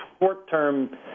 short-term